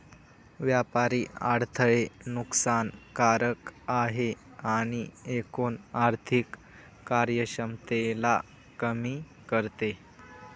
व्यापारी अडथळे नुकसान कारक आहे आणि एकूण आर्थिक कार्यक्षमतेला कमी करते